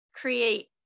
create